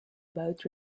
both